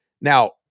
Now